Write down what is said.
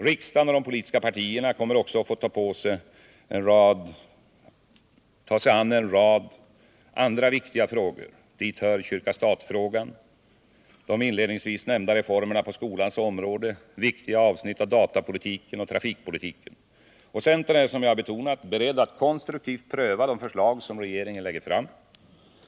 Riksdagen och de politiska partierna kommer också att få ta sig an en rad andra viktiga frågor. Dit hör kyrka-stat-frågan, de inledningsvis nämnda reformerna på skolans område samt viktiga avsnitt av datapolitiken och trafikpolitiken. Centern är, som jag betonat, beredd att konstruktivt pröva de förslag som regeringen lägger fram.